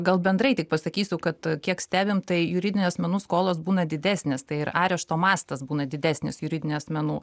gal bendrai taip pasakysiu kad kiek stebim tai juridinių asmenų skolos būna didesnės tai ir arešto mastas būna didesnis juridinių asmenų